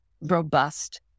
robust